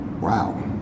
Wow